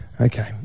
Okay